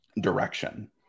direction